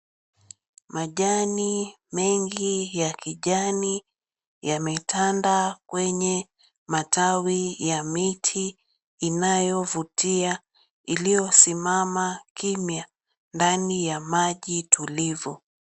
Majani mengi ya kijani yametanda kwenye matawi ya miti inayo vutia iliyosimama kimya ndani ya maji tulivu.